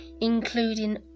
including